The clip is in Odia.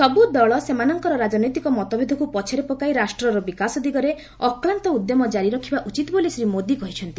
ସବୁ ଦଳ ସେମାନଙ୍କର ରାଜନୈତିକ ମତଭେଦକୁ ପଛରେ ପକାଇ ରାଷ୍ଟ୍ରର ବିକାଶ ଦିଗରେ ଅକ୍ଲାନ୍ତ ଉଦ୍ୟମ କାରି ରଖିବା ଉଚିତ ବୋଲି ଶ୍ରୀ ମୋଦି କହିଛନ୍ତି